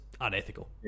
unethical